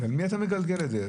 על מי אתה מגלגל את זה?